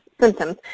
symptoms